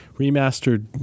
remastered